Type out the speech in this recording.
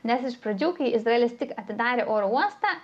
nes iš pradžių kai izraelis tik atidarė oro uostą